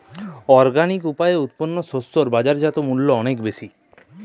organic উপায়ে উৎপন্ন শস্য এর বাজারজাত মূল্য অনেক বেশি